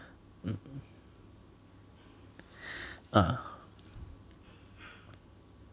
ah